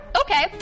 Okay